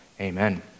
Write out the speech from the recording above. Amen